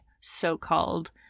so-called